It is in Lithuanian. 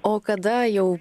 o kada jau